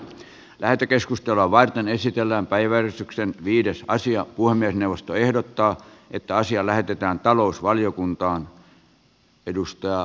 lähetekeskustelua varten esitellään päiväystyksen viides sija vuonna puhemiesneuvosto ehdottaa että asia lähetetään talousvaliokuntaan